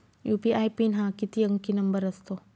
UPI PIN हा किती अंकी नंबर असतो?